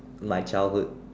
my childhood